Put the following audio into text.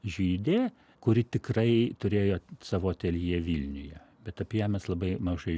žydė kuri tikrai turėjo savo ateljė vilniuje bet apie ją mes labai mažai